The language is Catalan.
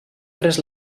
pres